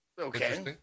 Okay